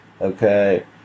okay